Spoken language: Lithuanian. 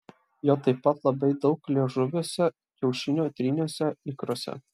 jo taip pat labai daug liežuviuose kiaušinio tryniuose ikruose